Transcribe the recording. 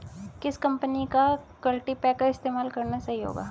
किस कंपनी का कल्टीपैकर इस्तेमाल करना सही होगा?